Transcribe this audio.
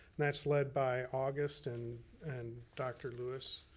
that's lead by august and and dr. lewis.